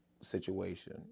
situation